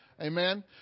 Amen